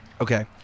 Okay